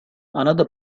another